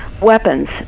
weapons